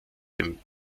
dem